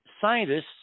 scientists